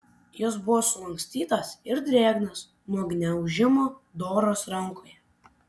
jis buvo sulankstytas ir drėgnas nuo gniaužimo doros rankoje